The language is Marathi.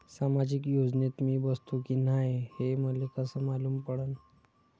सामाजिक योजनेत मी बसतो की नाय हे मले कस मालूम पडन?